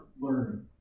learning